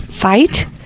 Fight